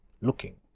looking